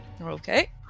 Okay